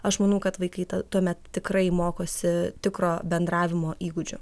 aš manau kad vaikai tuomet tikrai mokosi tikro bendravimo įgūdžių